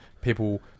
people